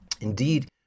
Indeed